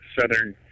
Southern